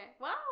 Wow